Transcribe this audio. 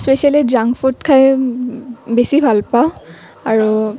especially junk food খাই বেছি ভাল পাওঁ আৰু